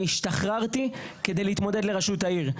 אני השתחררתי כדי להתמודד לראשות העיר.